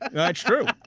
that's true.